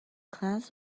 class